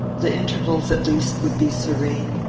the intervals, at least, would be serene.